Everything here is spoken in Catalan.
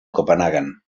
copenhaguen